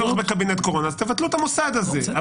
אם אין צורך בקבינט קורונה אז תבטלו את המוסד הזה,